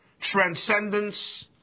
transcendence